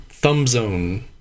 ThumbZone